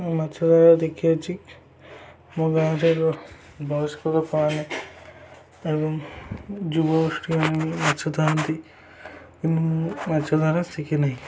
ମାଛ ଧରା ଦେଖିଛି ମୋ ଗାଁରେ ବୟସ୍କ ଲୋକ ଏବଂ ଯୁବଗୋଷ୍ଠୀ ମାଛ ଧରନ୍ତି କିନ୍ତୁ ମୁଁ ମାଛ ଧରା ଶିଖିନାହିଁ